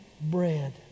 bread